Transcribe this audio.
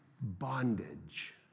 bondage